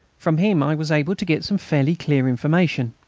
from him i was able to get some fairly clear information.